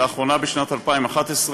לאחרונה בשנת 2011,